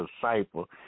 disciple